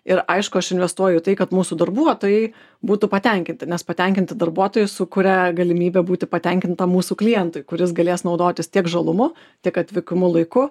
ir aišku aš investuoju į tai kad mūsų darbuotojai būtų patenkinti nes patenkinti darbuotojai sukuria galimybę būti patenkintam mūsų klientui kuris galės naudotis tiek žalumu tiek atvykimu laiku